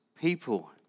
people